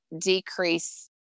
decrease